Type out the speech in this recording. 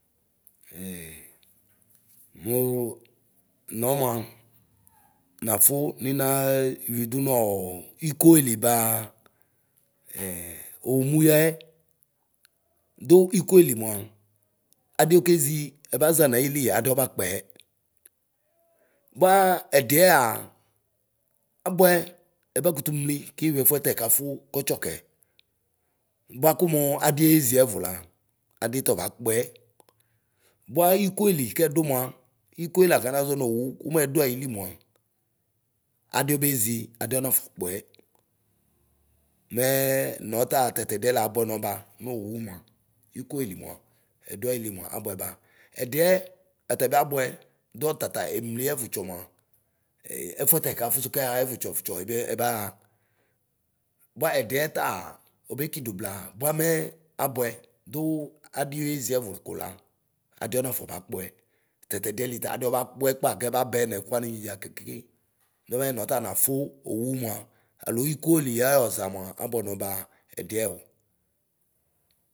muu nɔmua nafu ninae yuidu nɔɔ ikoeli baa omuyaɛ. Du ikoeli mua adiokeʒi ɛbaʒa nayili adi ɔbakpɛ bua ɛdiɛa abʋɛ ɛbakutu mli keyuiɛfuɛ tɛkafu kɔtsɔ kɛ. buaku muu adieʒi ɛvʋ la adi tɔba kpɛ. Bua ikoeli kɛdu mua, ikoe la kana ʒɔ nowu ku muɛdʋayi li mua, adiobeʒi adiɔnafɔ kpɛ. M nɔta tatɛdiɛ labʋɛnɔ ba, mowu mua, ikoeli mua ɛduayili mua abʋɛba ɛdiɛ ɔtabiabʋɛ du ɔtata emli ɛvʋtsɔ mua ɛfuɛ tɛkafusu kɛɣa ɛvʋtsɔ vʋtsɔ ebe ɛbaɣa. Bua ɛdiɛ taa, obekidu blaa buamɛ abuɛ duu adioʒi ɛvʋ kola. adi ɔnafɔ bakpɛ. tatɛ diɛli ta adiɔ bakpɛ kpa kɛbabɛ nɛkuani dʒa kekeke. Namɛ nɔta nafu owu muaa alo ikoli aɔɔʒa muaa abʋɛnɔ ba ɛdiɛ o